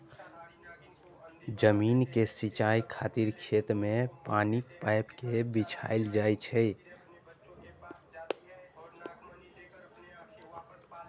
जमीन के सिंचाइ खातिर खेत मे पानिक पाइप कें बिछायल जाइ छै